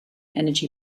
energy